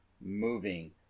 moving